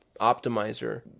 optimizer